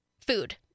food